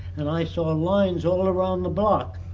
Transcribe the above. and i saw ah lines all around the block.